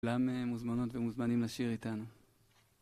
כולם מוזמנות ומוזמנים לשיר איתנו.